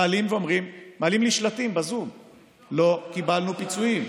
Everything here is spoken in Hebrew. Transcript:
מעלים לי שלטים בזום ואומרים: לא קיבלנו פיצויים,